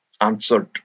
answered